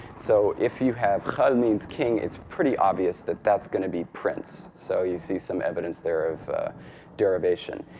so if you have khal means king, it's pretty obvious that that's going to be prince. so you see some evidence there of derivation.